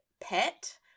pet